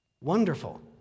wonderful